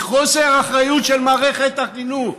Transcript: בחוסר אחריות של מערכת החינוך,